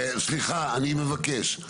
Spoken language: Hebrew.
סליחה אני מבקש,